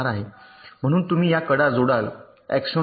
म्हणून तुम्ही या कडा जोडाल x1 बनवा